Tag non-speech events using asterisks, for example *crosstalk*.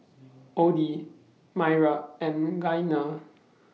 *noise* Audie Mayra and Iyana